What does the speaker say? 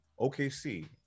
OKC